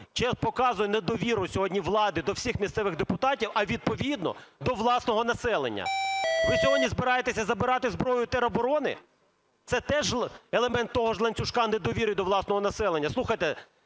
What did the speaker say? який показує недовіру сьогодні влади до всіх місцевих депутатів, а відповідно до власного населення? Ви сьогодні збираєтесь забирати зброю у тероборони? Це теж елемент того ж ланцюжка недовіри до власного населення. Слухайте,